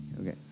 Okay